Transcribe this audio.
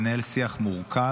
לנהל שיח מורכב,